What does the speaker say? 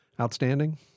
outstanding